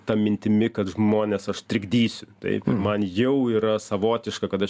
ta mintimi kad žmones aš trikdysiu taip ir man jau yra savotiška kad aš